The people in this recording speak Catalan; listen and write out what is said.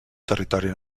territori